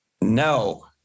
No